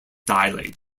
dilate